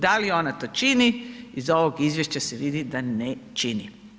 Da li ona to čini, iz ovog izvješća se vidi da ne čini.